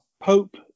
Pope